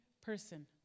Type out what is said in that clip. person